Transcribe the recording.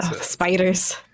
spiders